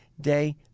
day